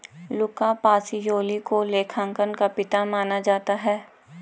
लुका Pacioli को लेखांकन का पिता माना जाता है